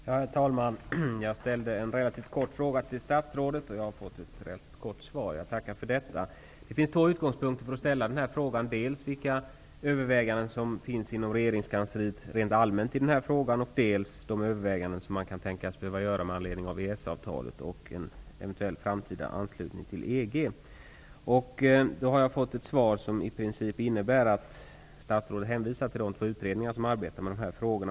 Herr talman! Jag ställde en relativt kort fråga till statsrådet, och jag har fått ett relativt kort svar. Jag tackar för svaret. Det finns två utgångspunkter för min fråga. Det gäller dels vilka överväganden som görs inom regeringskansliet rent allmänt i denna fråga, dels de överväganden som man kan tänkas behöva göra med anledning av EES-avtalet och en eventuell framtida anslutning till EG. Jag har fått ett svar som i princip innebär att statsrådet hänvisar till de två utredningar som arbetar med dessa frågor.